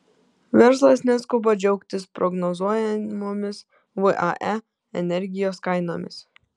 verslas neskuba džiaugtis prognozuojamomis vae energijos kainomis